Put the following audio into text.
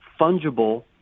fungible